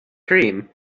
cream